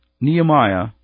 Nehemiah